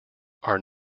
are